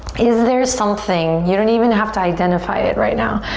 is there something, you don't even have to identify it right now,